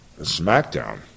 SmackDown